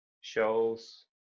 shows